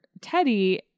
Teddy